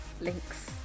links